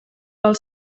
pel